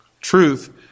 Truth